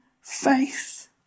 faith